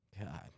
God